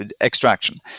extraction